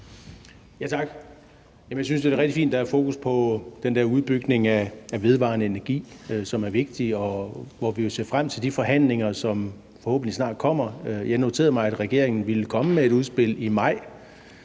Tak. Jeg synes, det er rigtig fint, at der er fokus på den der udbygning af vedvarende energi, som er vigtig, og vi ser jo frem til de forhandlinger, som forhåbentlig snart kommer. Jeg noterede mig, at regeringen ville komme med et udspil i maj,